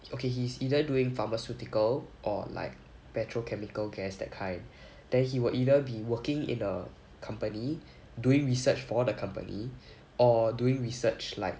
okay he's either doing pharmaceutical or like petrochemical gas that kind then he will either be working in a company doing research for the company or doing research like